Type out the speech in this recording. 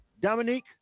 Dominique